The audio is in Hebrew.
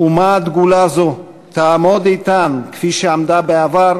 "אומה דגולה זו תעמוד איתן כפי שעמדה בעבר,